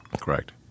Correct